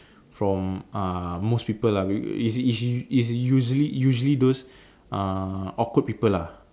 from uh most people lah it's it's it's usually usually those uh awkward people lah